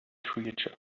creature